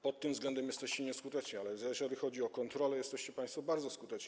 Pod tym względem jesteście nieskuteczni, ale jeżeli chodzi o kontrolę, jesteście państwo bardzo skuteczni.